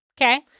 Okay